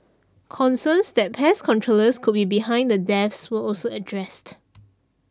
concerns that pest controllers could be behind the deaths were also addressed